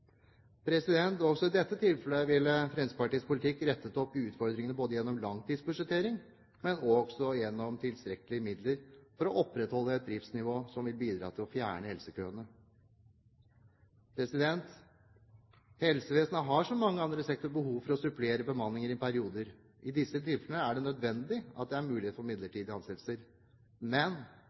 Også i dette tilfellet ville Fremskrittspartiets politikk rettet opp i utfordringene både gjennom langtidsbudsjettering og også gjennom tilstrekkelige midler for å opprettholde et driftsnivå som vil bidra til å fjerne helsekøene. Helsevesenet har, som mange andre sektorer, behov for å supplere bemanningen i perioder. I disse tilfellene er det nødvendig at det er mulighet for midlertidige ansettelser. Men